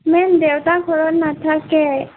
ma'am দেউতা ঘৰত নাথাকে